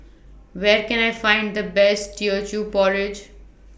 Where Can I Find The Best Teochew Porridge